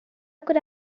could